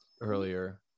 earlier